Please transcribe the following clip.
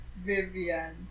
Vivian